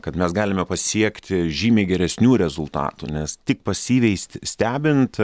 kad mes galime pasiekti žymiai geresnių rezultatų nes tik pasyviai stebint